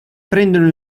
prendono